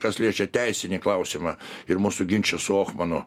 kas liečia teisinį klausimą ir mūsų ginčą su ohmanu